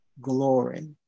glory